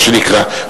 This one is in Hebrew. מה שנקרא,